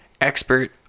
expert